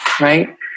Right